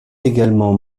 également